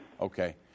Okay